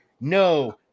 no